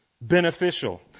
beneficial